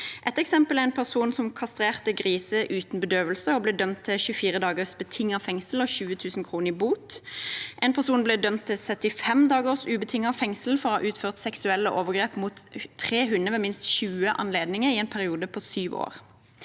Et eksempel er en person som kastrerte griser uten bedøvelse og ble dømt til 24 dagers betinget fengsel og 20 000 kr i bot. Et annet eksempel er en person som ble dømt til 75 dagers ubetinget fengsel for å ha utført seksuelle overgrep mot tre hunder ved minst 20 anledninger i en periode på syv år.